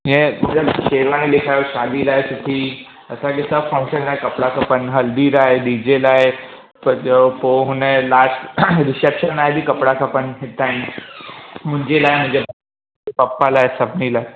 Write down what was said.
इहो मूंखे शेरवानी ॾेखारियो शादी लाइ सुठी असांखे सभु फंक्शन लाइ कपिड़ा खपनि हल्दी लाइ डी जे लाइ पोइ थियो पोइ हुन लास्ट रिसेप्शन लाइ बि कपिड़ा खपनि हितां ई मुंहिंजे लाइ पपा लाइ सभिनी लाइ